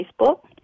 Facebook